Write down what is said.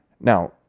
Now